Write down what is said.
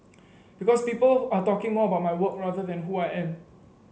because people are talking more about my work rather than who I am